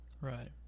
Right